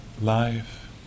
life